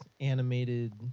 animated